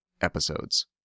episodes